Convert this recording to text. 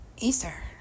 Easter